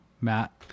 Matt